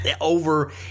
over